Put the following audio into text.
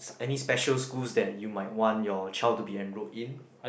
any special schools that you might want your child to be enrolled in